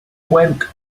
went